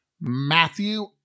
Matthew